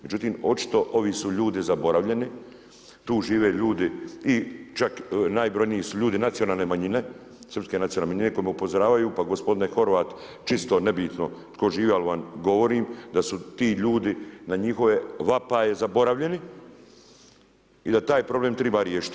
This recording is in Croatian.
Međutim, očito ovi su ljudi zaboravljeni, tu žive ljudi i čak najbrojniji su ljudi nacionalne manjine, Srpske nacionalne manjine koji me upozoravaju, pa gospodine Horvat čisto ne bitno tko živi, ali vam govorim da su ti ljudi na njihove vapaje zaboravljeni i da taj problem triba riješiti.